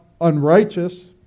unrighteous